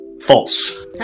false